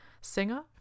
singer